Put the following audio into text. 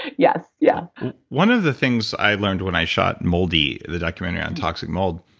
yes. yeah one of the things i learned when i shot moldy, that i commune around toxic mold,